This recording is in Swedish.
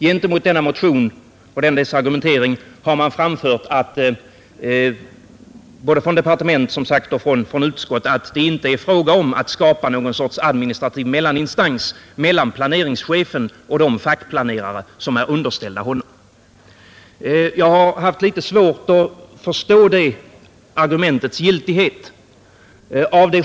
Gentemot denna motion och dess argumentering har man som sagt från både departement och utskott anfört, att det inte är fråga om att skapa något slags administrativ mellaninstans mellan planeringschefen och de fackplanerare som är underställda honom. Jag har haft litet svårt att förstå det argumentets giltighet.